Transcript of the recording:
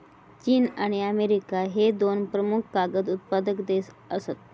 चीन आणि अमेरिका ह्ये दोन प्रमुख कागद उत्पादक देश आसत